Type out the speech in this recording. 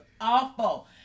awful